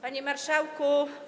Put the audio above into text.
Panie Marszałku!